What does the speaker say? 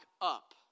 up